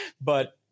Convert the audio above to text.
but-